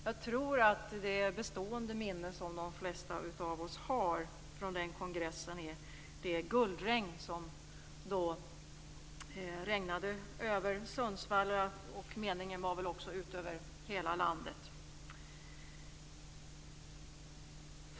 Jag tror att det bestående minne som de flesta av oss har från den kongressen är det guldregn som föll över Sundsvall. Meningen var väl att det skulle falla över hela landet.